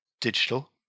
digital